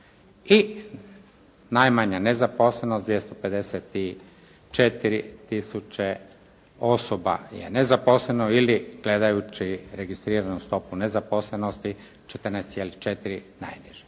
i najmanja nezaposlenost 254000 osoba je nezaposleno ili gledajući registriranu stopu nezaposlenosti 14,4 najniža.